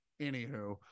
Anywho